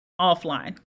offline